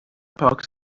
پاک